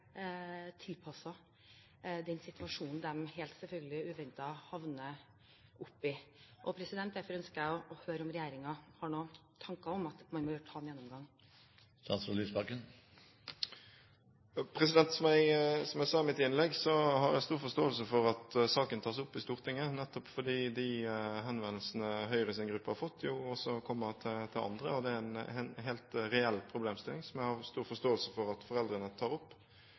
den situasjonen de helt uventet – selvfølgelig – har havnet i. Derfor ønsker jeg å høre om regjeringen har noen tanker om at man bør ta en gjennomgang. Som jeg sa i mitt innlegg, har jeg stor forståelse for at saken tas opp i Stortinget, nettopp fordi de henvendelsene Høyres gruppe har fått, jo også kommer til andre. Det er en helt reell problemstilling, som jeg har stor forståelse for at foreldrene tar opp.